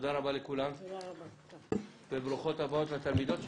תודה רבה לכולם וברוכות הבאות לתלמידות שלך.